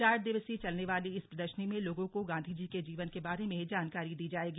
चार दिवसीय चलने वाले इस प्रदर्शनी में लोगो को गांधी जी के जीवन के बारे में जानकारी दी जाएगी